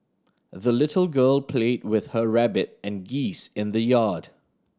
the little girl played with her rabbit and geese in the yard